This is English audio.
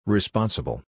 Responsible